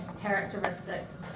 characteristics